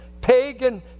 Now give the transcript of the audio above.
pagan